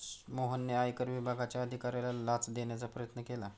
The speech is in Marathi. मोहनने आयकर विभागाच्या अधिकाऱ्याला लाच देण्याचा प्रयत्न केला